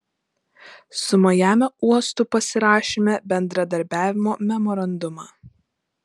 su majamio uostu pasirašėme bendradarbiavimo memorandumą